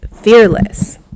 fearless